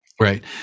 right